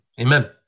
Amen